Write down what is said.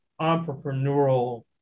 entrepreneurial